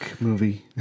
movie